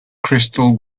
crystal